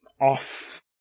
off